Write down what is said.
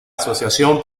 asociación